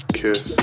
kiss